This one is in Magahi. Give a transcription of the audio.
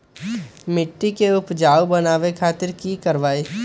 मिट्टी के उपजाऊ बनावे खातिर की करवाई?